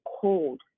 cold